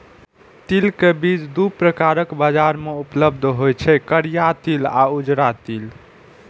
तिल के बीज दू प्रकारक बाजार मे उपलब्ध होइ छै, करिया तिल आ उजरा तिल